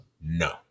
No